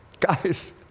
Guys